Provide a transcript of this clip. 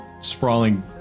sprawling